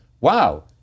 wow